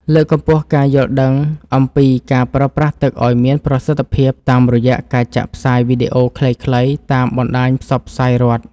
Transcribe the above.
លើកកម្ពស់ការយល់ដឹងអំពីការប្រើប្រាស់ទឹកឱ្យមានប្រសិទ្ធភាពតាមរយៈការចាក់ផ្សាយវីដេអូខ្លីៗតាមបណ្ដាញផ្សព្វផ្សាយរដ្ឋ។